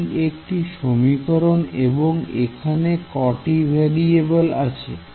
এটি একটি সমীকরণ এবং এখানে কটি ভ্যারিয়েবেল আছে